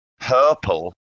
purple